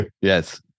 Yes